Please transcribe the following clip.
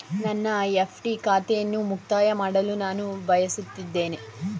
ನನ್ನ ಎಫ್.ಡಿ ಖಾತೆಯನ್ನು ಮುಕ್ತಾಯ ಮಾಡಲು ನಾನು ಬಯಸುತ್ತೇನೆ